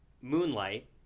Moonlight